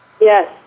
Yes